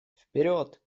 вперед